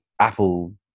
Apple